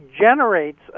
generates